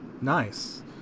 Nice